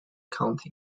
county